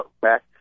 back